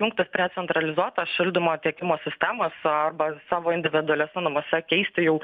jungtis prie centralizuoto šildymo tiekimo sistemos arba savo individualiuose namuose keisti jau